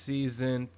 Season